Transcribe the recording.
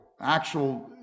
actual